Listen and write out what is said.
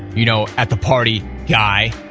you know at the party guy.